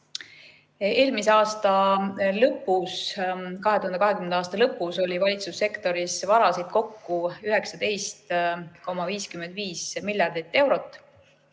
Eelmise aasta, 2020. aasta lõpus oli valitsussektoris varasid kokku 19,55 miljardit eurot.